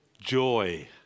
Joy